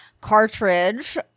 cartridge